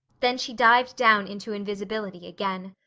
then she dived down into invisibility again.